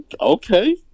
okay